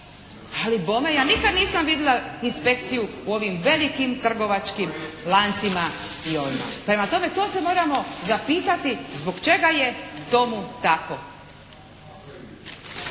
Ali bome ja nikad nisam vidila inspekciju u ovim velikim trgovačkim lancima i …/Govornik se ne razumije./… Prema tome, to se moramo zapitati zbog čega je tomu tako?